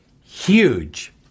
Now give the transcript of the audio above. huge